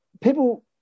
people